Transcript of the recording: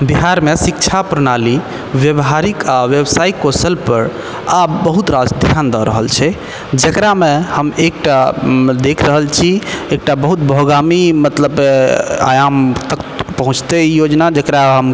बिहारमे शिक्षा प्रणाली व्यावहारिक आ व्यावसायिक कौशल पर आब बहुत रास ध्यान दऽ रहल छै जकरामे हम एक टा देख रहल छी एक टा बहुत बहुगामी मतलब आयाम तक पहुँचतै ई योजना जकरा